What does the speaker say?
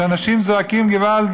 שאנשים זועקים געוואלד,